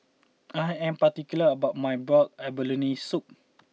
I am particular about my Boiled Abalone Soup